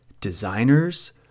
designers